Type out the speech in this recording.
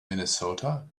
minnesota